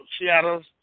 Seattle